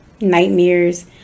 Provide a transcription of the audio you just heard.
nightmares